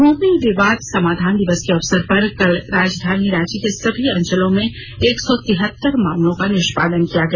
भूमि विवाद समाधान दिवस के अवसर पर कल राजधानी रांची के सभी अंचलों में एक सौ तिहत्तर मामलों का निष्पादन किया गया